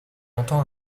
entend